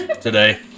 today